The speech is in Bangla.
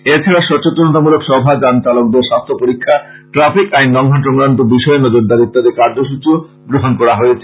এছাড়া সচেতনতামূলক সভা যান চালকদের স্বাস্থ্য পরীক্ষা ট্রাফিক আইন লঙ্ঘন সংক্রান্ত বিষয়ে নজরদারি ইত্যাদি কার্যসূচী গ্রহণ করা হয়েছে